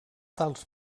tals